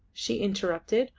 she interrupted,